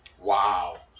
Wow